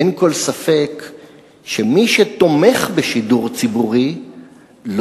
אין כל ספק שמי שתומך בשידור ציבורי לא